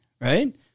right